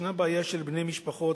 ישנה בעיה של בני משפחות,